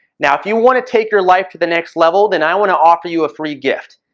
now, if you want to take your life to the next level, then i want to offer you a free gift.